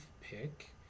pick